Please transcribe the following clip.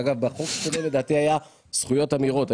ואגב בחוק הקודם לדעתי היה זכויות אמירות,